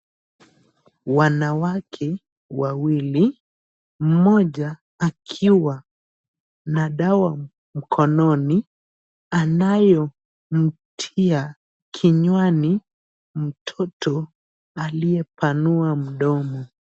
Wanawake wawili mmoja akiwa na dawa mkononi anayemtia kinywani mtoto aliyepanua mdomo.